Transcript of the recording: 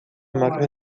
máquina